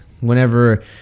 Whenever